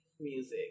music